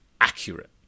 accurate